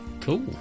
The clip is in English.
cool